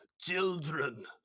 children